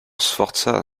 sforza